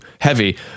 heavy